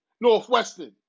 Northwestern